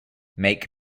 make